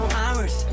hours